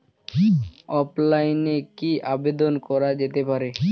অফলাইনে কি আবেদন করা যেতে পারে?